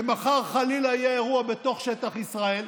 ואם מחר, חלילה, יהיה אירוע בתוך שטח ישראל?